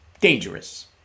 dangerous